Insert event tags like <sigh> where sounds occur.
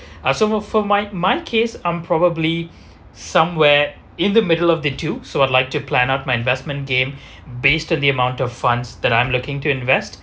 ah so move move for my my case I'm probably somewhere in the middle of the two so I'd like to plan out my investment game <breath> based on the amount of funds that I'm looking to invest